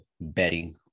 betting